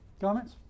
Comments